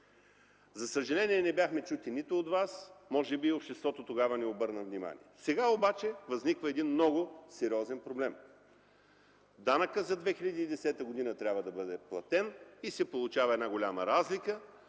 За съжаление не бяхме чути от Вас, а може би обществото тогава не обърна внимание. Сега възниква един много сериозен проблем – данъкът за 2010 г. трябва да бъде платен. Получава се една голяма разлика